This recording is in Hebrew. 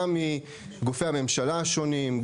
גם מגופי הממשלה השונים,